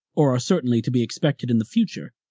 or are certainly to be expected in the future,